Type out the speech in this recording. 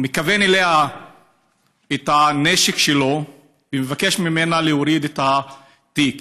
מכוון אליה את הנשק שלו ומבקש ממנה להוריד את התיק.